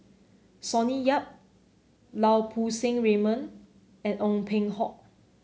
Sonny Yap Lau Poo Seng Raymond and Ong Peng Hock